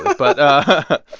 but,